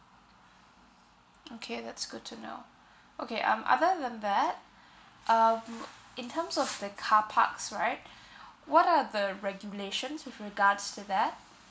okay that's good to know okay um other than that um in terms of the car parks right what are the regulations with regards to that